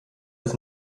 des